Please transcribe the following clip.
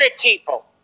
people